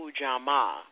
Ujamaa